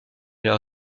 leur